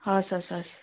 हवस् हवस् हवस्